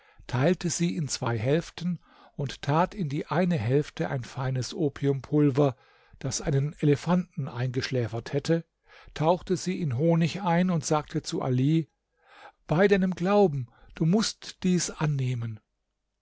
teilte sie in zwei hälften und tat in die eine hälfte ein feines opiumpulver das einen elefanten eingeschläfert hätte tauchte sie in honig ein und sagte zu ali bei deinem glauben du mußt dies annehmen